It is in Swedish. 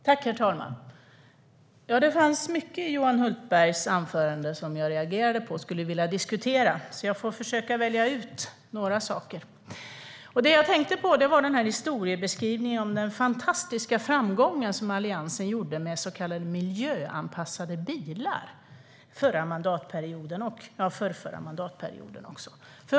Herr talman! Det fanns mycket i Johan Hultbergs anförande som jag reagerade på och skulle vilja diskutera. Jag får försöka välja ut några saker. Det jag tänkte på var historiebeskrivningen om den fantastiska framgång som Alliansen hade med så kallade miljöanpassade bilar under den förra och förrförra mandatperioden.